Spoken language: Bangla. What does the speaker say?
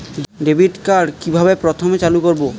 ডেবিটকার্ড কিভাবে প্রথমে চালু করব?